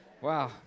Wow